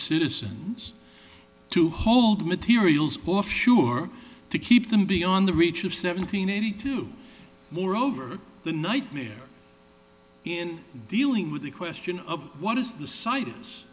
citizens to hold materials off sure to keep them beyond the reach of seventeen eighty two more over the nightmare in dealing with the question of what is the s